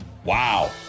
Wow